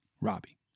Robbie